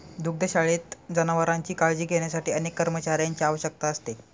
दुग्धशाळेत जनावरांची काळजी घेण्यासाठी अनेक कर्मचाऱ्यांची आवश्यकता असते